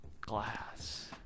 glass